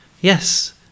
Yes